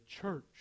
church